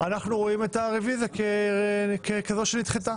אנחנו רואים את הרוויזיה ככזו שנדחתה.